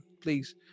please